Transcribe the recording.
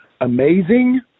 amazing